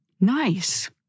Nice